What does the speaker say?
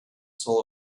soul